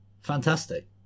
Fantastic